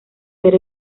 ver